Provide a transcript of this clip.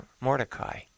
Mordecai